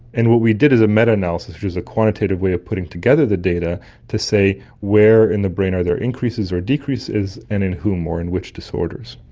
and what we did is a meta-analysis, which is a quantitative way of putting together the data to say where in the brain are there increases or decreases and in whom or in which disorders.